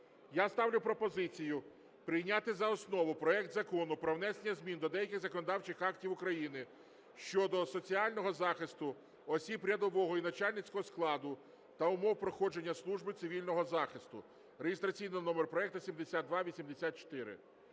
Я ставлю пропозицію, прийняти за основу проект Закону про внесення змін до деяких законодавчих актів України щодо соціального захисту осіб рядового і начальницького складу та умов проходження служби цивільного захисту (реєстраційний номер проекту 7284).